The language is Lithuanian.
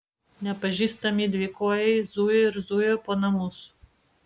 nepažįstami dvikojai zujo ir zujo po namus